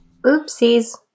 Oopsies